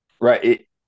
Right